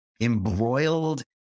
embroiled